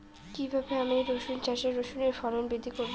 কীভাবে আমি রসুন চাষে রসুনের ফলন বৃদ্ধি করব?